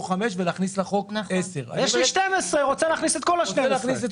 5 ולהכניס לחוק 10 --- יש לי 12 רוצה להכניס את כל